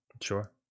sure